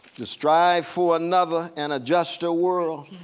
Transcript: to strive for another and a juster world.